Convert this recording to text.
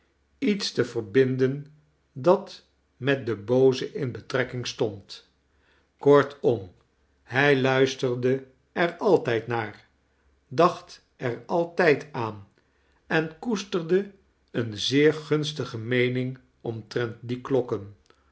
iets te verbinden dat met den booze in betrekking stond kortom hij luisterde er altijd naar dacht er altijd aan en koesterde eene zeer gunstige meening omtrent die klokken